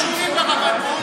שלא קשורים לרבנות,